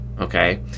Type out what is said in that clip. okay